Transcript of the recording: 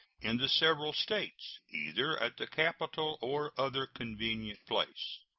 in the several states, either at the capital or other convenient place.